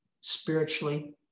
spiritually